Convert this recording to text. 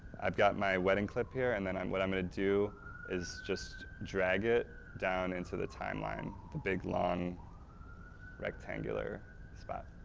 i've got my wedding clip here, and then what i'm going to do is just drag it down into the timeline. the big, long rectangular spot,